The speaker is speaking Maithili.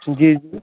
जी